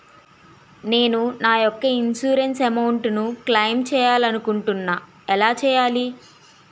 నేను నా యెక్క ఇన్సురెన్స్ అమౌంట్ ను క్లైమ్ చేయాలనుకుంటున్నా ఎలా చేయాలి?